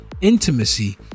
intimacy